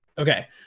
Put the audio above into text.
Okay